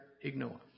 ignore